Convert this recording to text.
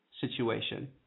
situation